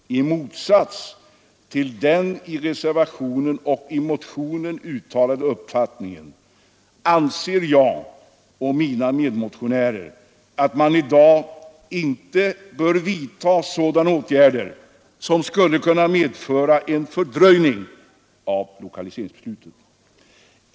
I motsats till den i reservationen och i motionen uttalade uppfattningen anser jag och mina medmotionäter att man i dag inte bör vidta sådana åtgärder som skulle kunna medföra en fördröjning av lokaliseringsbeslutet.